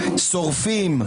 שורפים,